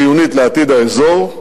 היא חיונית לעתיד האזור,